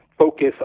Focus